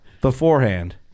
beforehand